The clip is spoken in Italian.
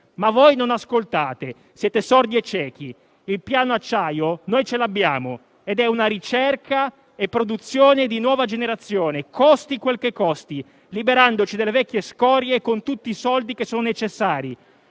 però non ascoltate, siete sordi e ciechi. Il piano acciaio noi ce l'abbiamo ed è una ricerca e produzione di nuova generazione, costi quel che costi, liberandoci delle vecchie scorie con tutti i soldi che sono necessari.